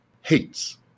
hates